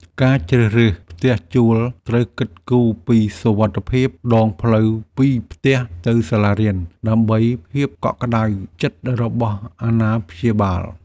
ការជ្រើសរើសផ្ទះជួលត្រូវគិតគូរពីសុវត្ថិភាពដងផ្លូវពីផ្ទះទៅសាលារៀនដើម្បីភាពកក់ក្តៅចិត្តរបស់អាណាព្យាបាល។